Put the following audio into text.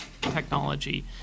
technology